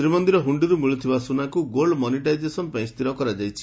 ଶ୍ରୀମନ୍ଦିର ହୁଖିରୁ ମିଳୁଥିବା ସୁନାକୁ ଗୋଲଡ୍ ମନିଟାଇଜେସନ ପାଇଁ ସ୍ଥିର କରାଯାଇଛି